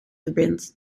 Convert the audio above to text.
verbindt